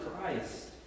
Christ